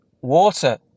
water